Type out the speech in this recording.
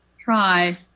try